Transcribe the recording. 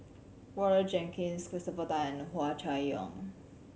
Roger Jenkins Christopher Tan and Hua Chai Yong